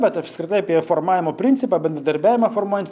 bet apskritai apie formavimo principą bendradarbiavimą formuojant